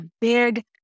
big